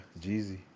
Jeezy